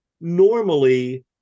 normally